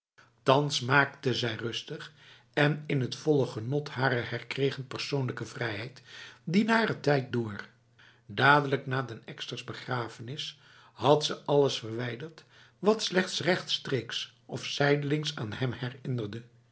thans maakte zij rustig en in het volle genot harer herkregen persoonlijke vrijheid die nare tijd door dadelijk na den eksters begrafenis had ze alles verwijderd wat slechts rechtstreeks of zijdelings aan hem herinnerde